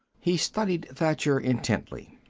he studied thacher intently.